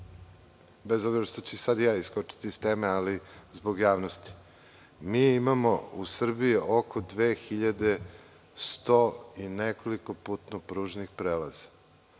sada ću i ja iskočiti iz teme, ali zbog javnosti. Mi imamo u Srbiji oko 2.100 i nekoliko putno-pružnih prelaza.